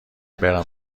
برم